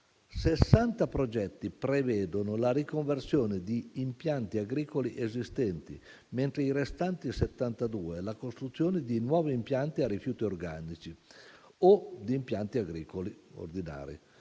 progetti prevedono la riconversione di impianti agricoli esistenti, mentre i restanti 72 la costruzione di nuovi impianti a rifiuti organici o di impianti agricoli ordinari